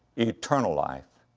eternal life,